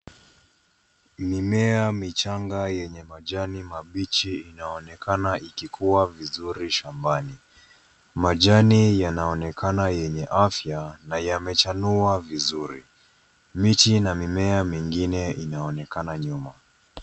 Mimea michanga yenye majani mabichi, inaonekana ikikuwa vizuri shambani. Majani yanaonekana yenye afya na yamechanua vizuri .Miche na mimea mingine inaonekana nyuma.